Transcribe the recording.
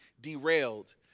derailed